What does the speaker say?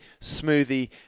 smoothie